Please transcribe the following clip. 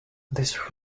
this